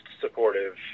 supportive